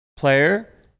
Player